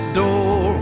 door